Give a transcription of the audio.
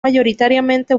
mayoritariamente